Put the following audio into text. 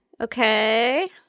Okay